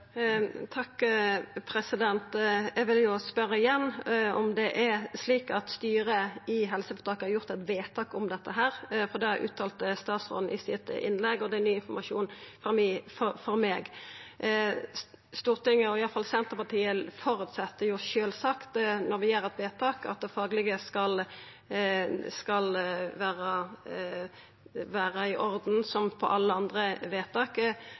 Eg vil spørja igjen om det er slik at styret i helseføretaket har gjort eit vedtak om dette, for det uttalte statsråden i sitt innlegg, og det er ny informasjon for meg. Stortinget – iallfall Senterpartiet – føreset sjølvsagt når vi gjer eit vedtak at det faglege skal vera i orden, som for alle andre vedtak,